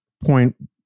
point